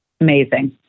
Amazing